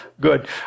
good